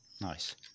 Nice